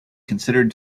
considered